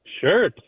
Sure